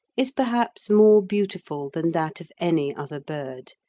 is perhaps more beautiful than that of any other bird,